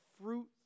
fruit